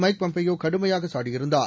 mic Pompeo கடுமையாக சாடியிருந்தார்